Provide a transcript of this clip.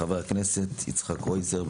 חבר הכנסת יצחק קרויזר,